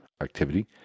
activity